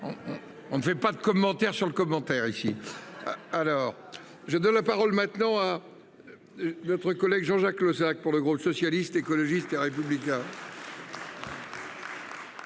on ne fait pas de commentaire sur le commentaire ici. Alors j'ai de la parole maintenant à. Notre collègue Jean-Jacques Lozach. Pour le groupe socialiste, écologiste et républicain.